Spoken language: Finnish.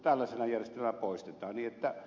niin että se siitä